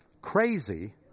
Crazy